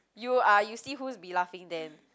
you ah you see who's be laughing then